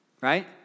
right